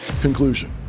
Conclusion